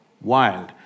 wild